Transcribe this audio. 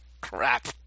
Crap